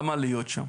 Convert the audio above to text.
למה להיות שם?